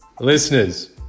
Listeners